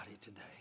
today